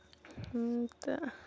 تہٕ